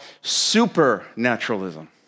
supernaturalism